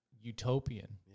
Utopian